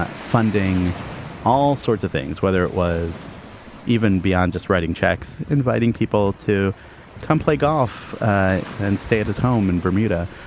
ah funding all sorts of things, whether it was even beyond just writing checks, inviting people to come play golf and stay at his home in bermuda,